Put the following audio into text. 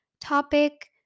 topic